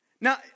Now